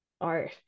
art